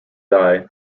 die